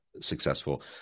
successful